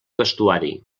vestuari